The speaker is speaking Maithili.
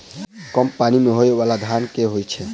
कम पानि मे होइ बाला धान केँ होइ छैय?